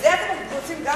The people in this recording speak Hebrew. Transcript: את זה אתם רוצים גם לקחת?